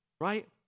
Right